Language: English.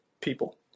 people